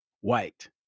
white